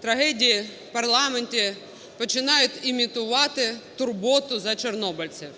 трагедії, в парламенті починають імітувати турботу за чорнобильців.